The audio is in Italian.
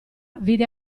vide